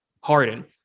Harden